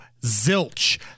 Zilch